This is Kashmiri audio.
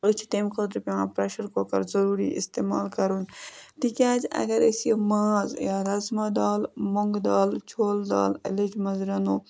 أسۍ چھِ تَمہِ خٲطرٕ پٮ۪وان پرٛٮ۪شَر کُکَر ضٔروٗری استعمال کَرُن تِکیٛازِ اگر أسۍ یہِ ماز یا رَزما دال مۄنٛگہٕ دال چھولہٕ دال لیٚجہِ منٛز رَنو